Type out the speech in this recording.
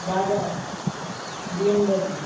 Bajaj BMW